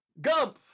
Gump